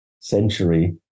century